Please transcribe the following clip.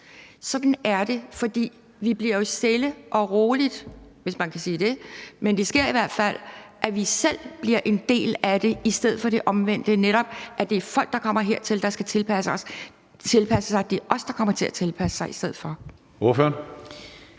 Sådan er det, fordi vi jo selv stille og roligt – hvis man kan sige det, men det sker i hvert fald – bliver en del af det i stedet for det omvendte, som netop er, at folk, der kommer hertil, skal tilpasse sig. Men det er os, der kommer til at tilpasse os i stedet for.